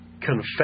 confess